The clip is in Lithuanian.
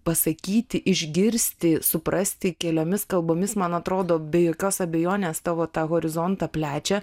pasakyti išgirsti suprasti keliomis kalbomis man atrodo be jokios abejonės tavo tą horizontą plečia